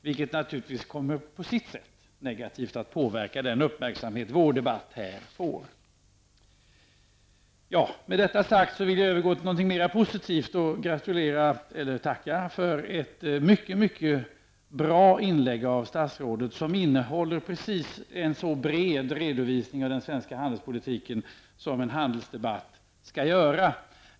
Det kommer på sitt sätt att negativt påverka den uppmärksamhet vår debatt får här. Jag övergår nu till något mer positivt. Jag vill tacka för ett mycket bra inlägg av statsrådet, som innehåller precis en så bred redovisning av den svenska handelspolitiken som en handelsdebatt skall göra.